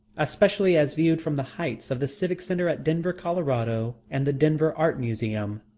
especially as viewed from the heights of the civic centre at denver, colorado, and the denver art museum,